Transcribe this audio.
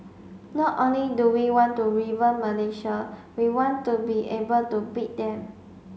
not only do we want to Malaysia we want to be able to beat them